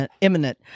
imminent